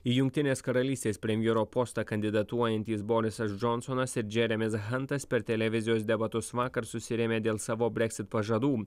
į jungtinės karalystės premjero postą kandidatuojantys borisas džonsonas ir džeremis hantas per televizijos debatus vakar susirėmė dėl savo breksit pažadų